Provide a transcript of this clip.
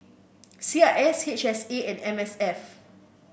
C I S H S A and M S F